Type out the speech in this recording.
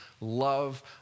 love